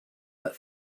but